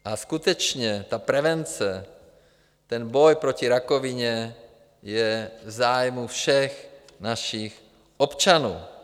A skutečně ta prevence, ten boj proti rakovině je v zájmu všech našich občanů.